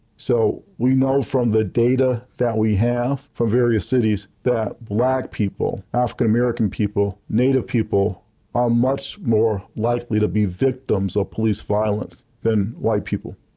so we know from the data that we have from various cities that black people, african american people, native people are much more likely to be victims of police violence than white people.